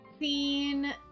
...scene